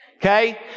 Okay